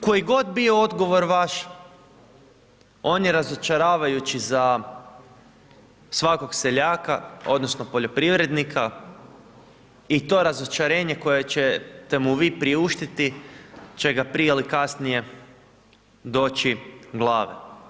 Koji god bio odgovor vaš, on je razočaravajući za svakog seljaka odnosno poljoprivrednika i to razočarenje koje ćete mu vi priuštiti će ga prije ili kasnije doći glave.